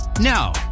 Now